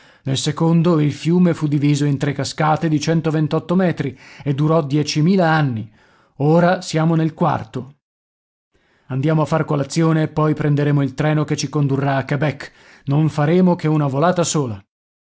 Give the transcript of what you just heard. nel secondo il fiume fu diviso in tre cascate di centoventotto metri e durò anni ora siamo nel quarto andiamo a far colazione e poi prenderemo il treno che ci condurrà a quebec non faremo che una volata sola